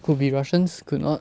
could be russians could not